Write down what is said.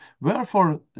Wherefore